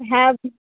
হ্যাঁ হুঁ